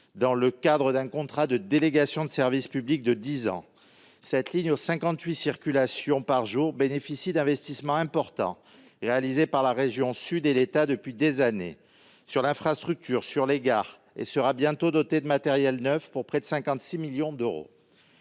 dans le cadre d'un contrat de délégation de service public de dix ans. Cette ligne aux 58 circulations par jour bénéficie d'investissements importants réalisés par la région Sud et l'État depuis des années en matière d'infrastructures et de gares ; elle sera bientôt dotée de matériels neufs pour près de 56 millions d'euros.